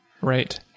Right